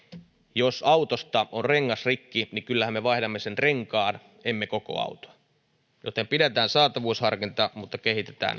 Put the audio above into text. jos autosta on rengas rikki niin kyllähän me vaihdamme sen renkaan emme koko autoa joten pidetään saatavuusharkinta mutta kehitetään